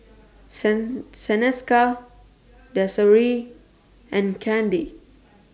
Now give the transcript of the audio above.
sends Seneca Desirae and Kandy